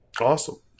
Awesome